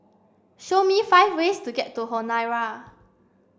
show me five ways to get to Honiara